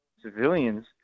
civilians